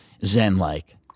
zen-like